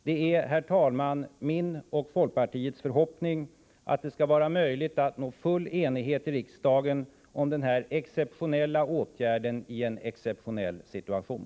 Det är, herr talman, min och folkpartiets förhoppning att det skall vara möjligt att nå full enighet i riksdagen om denna exceptionella åtgärd i en exceptionell situation.